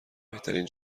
بهترین